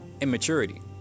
immaturity